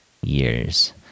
years